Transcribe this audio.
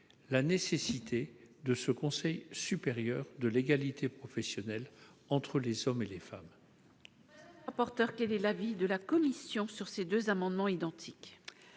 fusionner le Conseil supérieur de l'égalité professionnelle entre les femmes et les hommes